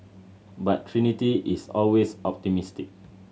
but Trinity is always optimistic